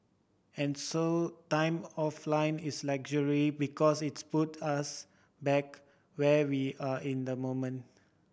and so time offline is a luxury because it put us back where we are in the moment